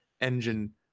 engine